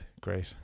great